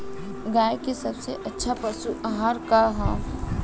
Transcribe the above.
गाय के सबसे अच्छा पशु आहार का ह?